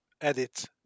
edit